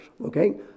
Okay